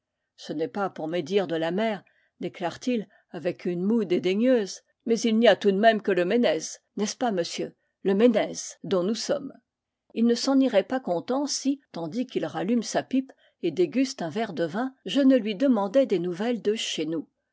ce n'est pas pour médire de la mer déclare t il avec une moue dédaigneuse mais il n'y a tout de même que le ménez n'est-ce pas monsieur le ménez dont nous sommes il ne s'en irait pas content si tandis qu'il rallume sa pipe et déguste un verre de vin je ne lui demandais des nou velles de chez nous